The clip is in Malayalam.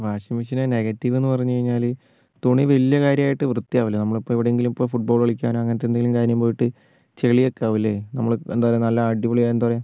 വാഷിംഗ് മെഷീൻ്റെ നെഗറ്റീവ് എന്ന് പറഞ്ഞു കഴിഞ്ഞാൽ തുണി വലിയ കാര്യമായിട്ട് വൃത്തിയാകില്ല നമ്മൾ ഇപ്പോൾ എവിടെങ്കിലും ഇപ്പോൾ ഫുട്ബോൾ കളിക്കാനോ അങ്ങനത്തെ ഏതേലും കാര്യം പോയിട്ട് ചളി ഒക്കെ ആകൂല്ലേ നമ്മൾ ഇപ്പോൾ എന്താ പറയുക നല്ല അടിപൊളിയായി എന്താ പറയുക